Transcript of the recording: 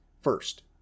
First